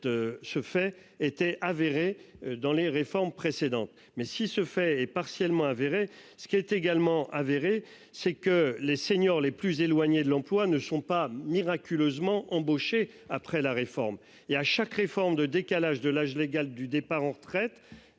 ce fait était avéré dans les réformes précédentes mais si ce fait est partiellement avérée. Ce qui est également avéré, c'est que les seniors, les plus éloignés de l'emploi ne sont pas miraculeusement embaucher après la réforme et à chaque réforme de décalage de l'âge légal du départ en retraite.